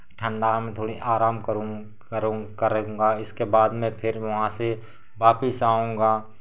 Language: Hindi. ठंडा में थोड़ी आराम करूँ करूँ करूंगा इसके बाद में फिर वहाँ से वापिस आऊँगा